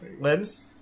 Limbs